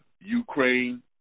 Ukraine